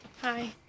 Hi